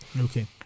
okay